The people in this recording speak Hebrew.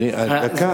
דקה.